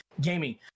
gaming